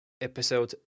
episode